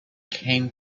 came